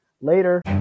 later